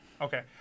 Okay